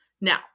Now